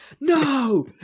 No